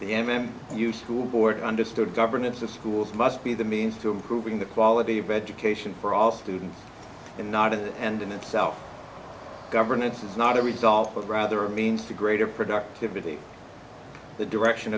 the m m you school board understood governance of schools must be the means to improving the quality of education for all students and not it and in itself governance is not a result of rather a means to greater productivities the direction